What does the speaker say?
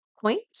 point